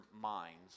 minds